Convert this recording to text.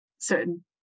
certain